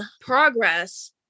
progress